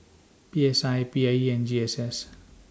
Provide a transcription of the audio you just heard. P S I P I E and G S S